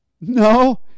No